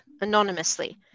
anonymously